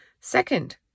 Second